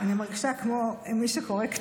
אני מרגישה כמו מי שקוראת כתובה.